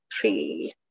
three